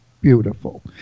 beautiful